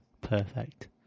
perfect